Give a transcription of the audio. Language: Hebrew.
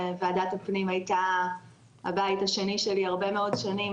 ועדת הפנים הייתה הבית השני שלי הרבה מאוד שנים,